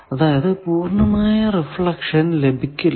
അതായതു പൂർണമായ റിഫ്ലെക്ടഷൻ ലഭിക്കില്ല